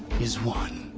is won.